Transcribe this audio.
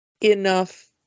enough